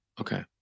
Okay